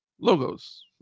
logos